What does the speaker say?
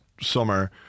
summer